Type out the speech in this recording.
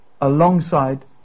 alongside